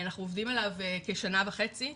אנחנו עובדים עליו כשנה וחצי,